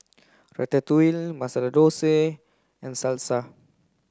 Ratatouille Masala Dosa and Salsa